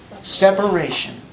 Separation